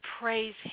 praise